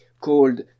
called